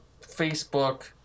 Facebook